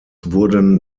wurden